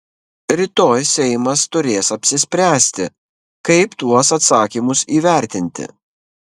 rytoj seimas turės apsispręsti kaip tuos atsakymus įvertinti